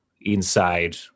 inside